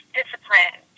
discipline